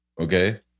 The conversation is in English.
Okay